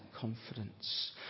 confidence